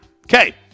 Okay